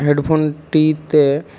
হেডফোনটিতে